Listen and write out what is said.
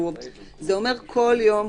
אומר שכל יום,